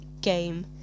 game